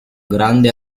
grande